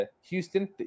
Houston